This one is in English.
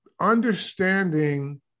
understanding